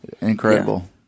Incredible